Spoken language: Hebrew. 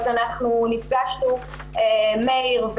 אנחנו נפגשנו מאיר,